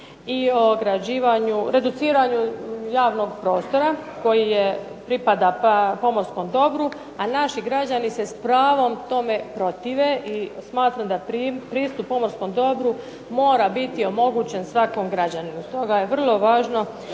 reduciranju javnog prostora koji pripada pomorskom dobru a naši građani se s pravom tome protive i smatram da pristup pomorskom dobru mora biti omogućen svakom građaninu.